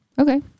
okay